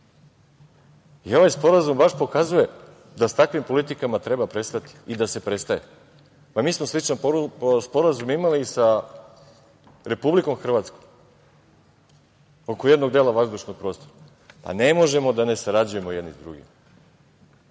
imali. Ovaj sporazum baš pokazuje da sa takvim politikama treba prestati i da se prestaje. Mi smo sličan sporazum imali i sa Republikom Hrvatskom oko jednog dela vazdušnog prostora. Ne možemo da ne sarađujemo jedni sa drugima.